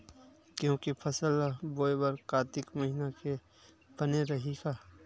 गेहूं के फसल ल बोय बर कातिक महिना बने रहि का?